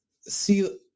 see